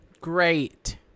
great